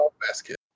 Basket